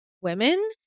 women